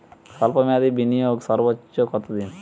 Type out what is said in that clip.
স্বল্প মেয়াদি বিনিয়োগ সর্বোচ্চ কত দিন?